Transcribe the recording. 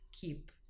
keep